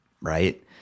right